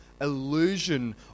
illusion